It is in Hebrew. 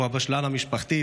הוא הבשלן המשפחתי,